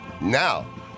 Now